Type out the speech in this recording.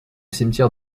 cimetière